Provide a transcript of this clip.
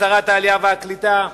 שרת העלייה והקליטה,